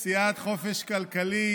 וסיעת חופש כלכלי,